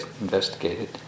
investigated